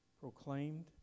proclaimed